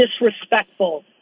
disrespectful